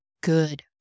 good